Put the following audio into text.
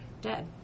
dead